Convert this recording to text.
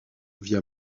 via